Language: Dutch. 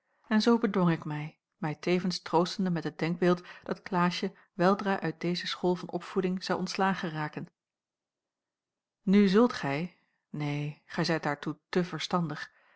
en zoo bedwong ik mij mij tevens troostende met het denkbeeld dat klaasje weldra uit deze school van opvoeding zou ontslagen raken nu zult gij neen gij zijt daartoe te verstandig